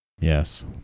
Yes